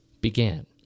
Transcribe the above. began